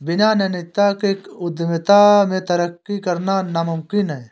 बिना नैतिकता के उद्यमिता में तरक्की करना नामुमकिन है